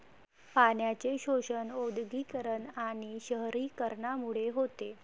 पाण्याचे शोषण औद्योगिकीकरण आणि शहरीकरणामुळे होते